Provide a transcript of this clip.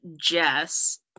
Jess